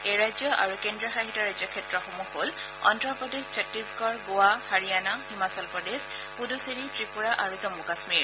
এই ৰাজ্য আৰু কেন্দ্ৰীয় শাসিত ৰাজ্যক্ষেত্ৰসমূহ হ'ল অন্ধ্ৰপ্ৰদেশ চত্তিশগড় গোৱা হাৰিয়ানা হিমাচল প্ৰদেশ পুডুচেৰী ত্ৰিপুৰা আৰু জম্মু কাশ্মীৰ